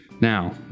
Now